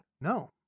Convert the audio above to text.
No